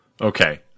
Okay